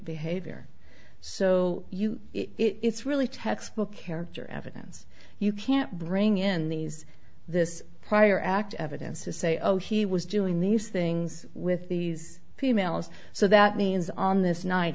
behavior so you it's really textbook character evidence you can't bring in these this prior act evidence to say oh he was doing these things with these males so that means on this night